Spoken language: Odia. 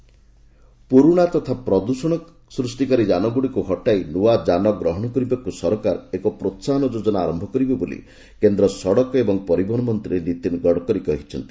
ଭେଇକିଲ୍ ସ୍କ୍ରାପ୍ ପୁରୁଣା ତଥା ପ୍ରଦୃଷଣ ସୃଷ୍ଟିକାରୀ ଯାନ ଗୁଡ଼ିକୁ ହଟାଇ ନୂଆ ଯାନ ଗ୍ରହଣ କରିବାକୁ ସରକାର ଏକ ପ୍ରୋହାହନ ଯୋଜନା ଆରୟ କରିବେ ବୋଲି କେନ୍ଦ୍ର ସଡ଼କ ଏବଂ ପରିବହନ ମନ୍ତ୍ରୀ ନୀତିନ ଗଡ଼କରୀ କହିଛନ୍ତି